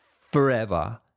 forever